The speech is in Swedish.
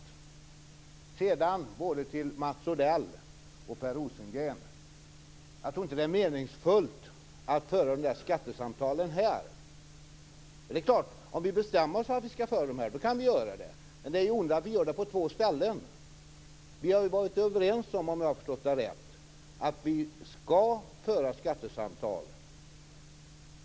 Till både Mats Odell och Per Rosengren: Jag tror inte att det är meningsfullt att föra skattesamtalen här. Har vi bestämt oss för att föra dem här kan vi göra det. Men det är onödigt att göra det på två ställen. Vi har varit överens om, om jag har förstått det rätt, att vi skall föra skattesamtal.